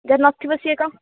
ଯାହାର ନଥିବ ସେ କ'ଣ